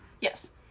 Yes